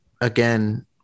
Again